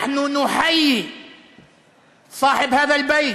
(אומר דברים בשפה הערבית,